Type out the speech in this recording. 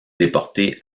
déporté